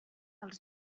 als